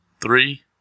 Three